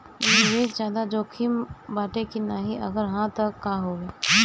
निवेस ज्यादा जोकिम बाटे कि नाहीं अगर हा तह काहे?